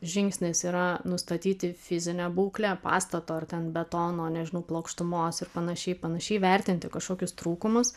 žingsnis yra nustatyti fizinę būklę pastato ar ten betono nežinau plokštumos ir panašiai panašiai vertinti kažkokius trūkumus